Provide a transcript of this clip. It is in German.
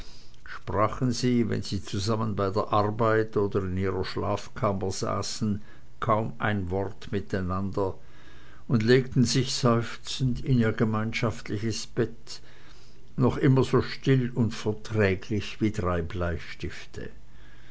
sprachen sie wenn sie zusammen bei der arbeit oder in ihrer schlafkammer saßen kaum ein wort miteinander und legten sich seufzend in ihr gemeinschaftliches bett noch immer so still und verträglich wie drei bleistifte